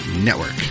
network